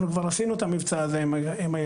אנחנו כבר עשינו את המבצע הזה עם הילדים.